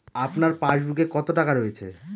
আপনার পাসবুকে কত টাকা রয়েছে?